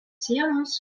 sienos